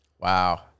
wow